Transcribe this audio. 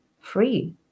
free